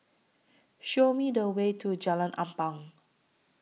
Show Me The Way to Jalan Ampang